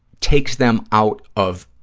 takes them out of